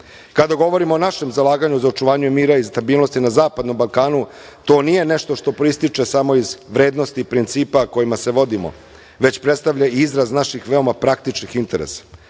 Kada govorimo o našem zalaganju za očuvanje mira i stabilnosti na Zapadnom Balkanu, to nije nešto što proističe samo iz vrednosti i principa kojima se vodimo, već predstavlja i izraz naših veoma praktičnih interesa. Naime,